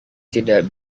tidak